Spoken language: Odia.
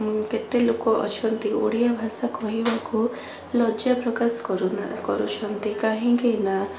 କେତେ ଲୋକ ଅଛନ୍ତି ଓଡ଼ିଆ ଭାଷା କହିବାକୁ ଲଜ୍ୟା ପ୍ରକାଶ କରୁନା କରୁଛନ୍ତି କାହିଁକି ନା